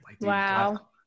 Wow